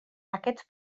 aquests